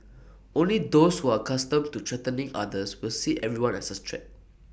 only those who are costumed to threatening others will see everyone as A threat